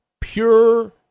pure